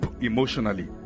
emotionally